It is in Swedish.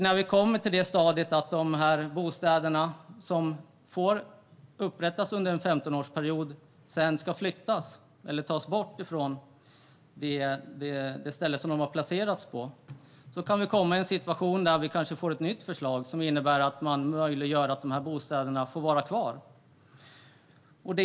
När de bostäder som får upprättas under en 15-årsperiod sedan ska flyttas eller tas bort ifrån det ställe som de stått på kan vi hamna i en situation där det läggs fram ett nytt förslag som möjliggör att dessa bostäder får vara kvar.